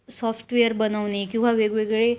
software बनवणे किंवा वेगवेगळे